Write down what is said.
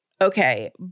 okay